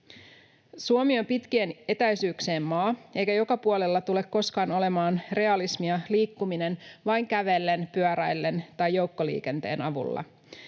Suomi on pitkien etäisyyksien maa, eikä joka puolella tule koskaan olemaan realismia liikkuminen vain kävellen, pyöräillen tai joukkoliikenteen avulla.